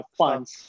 funds